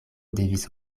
devis